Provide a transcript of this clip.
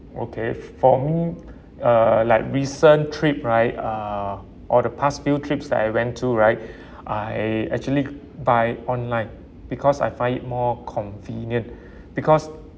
okay f~ for me uh like recent trip right uh or the past few trips that I went to right I actually buy online because I find it more convenient because